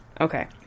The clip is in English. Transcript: Okay